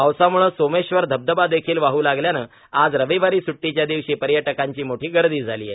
पावसामुळे सोमेश्वर धबधबादेखील वाह लागल्याने आज रविवारी स्टीच्या दिवशी पर्यटकांची मोठी गर्दी झाली आहे